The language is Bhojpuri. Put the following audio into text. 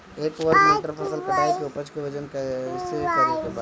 एक वर्ग मीटर फसल कटाई के उपज के वजन कैसे करे के बा?